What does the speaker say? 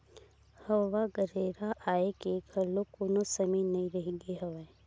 हवा गरेरा आए के घलोक कोनो समे नइ रहिगे हवय